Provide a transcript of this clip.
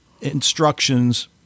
instructions